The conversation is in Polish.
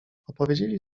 opowiedzieli